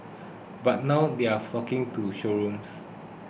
but now they are flocking to showrooms